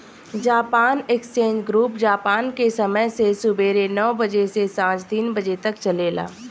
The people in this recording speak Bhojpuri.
जापान एक्सचेंज ग्रुप जापान के समय से सुबेरे नौ बजे से सांझ तीन बजे तक चलेला